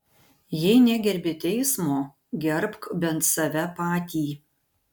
jei negerbi teismo gerbk bent save patį